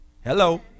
Hello